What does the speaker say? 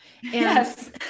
Yes